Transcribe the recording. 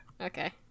Okay